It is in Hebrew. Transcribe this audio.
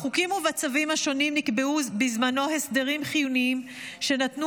בחוקים ובצווים השונים נקבעו בזמנו הסדרים חיוניים שנתנו